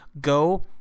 go